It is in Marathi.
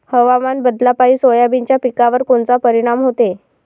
हवामान बदलापायी सोयाबीनच्या पिकावर कोनचा परिणाम होते?